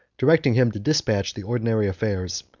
directing him to despatch the ordinary affairs,